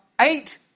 eight